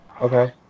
Okay